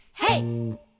Hey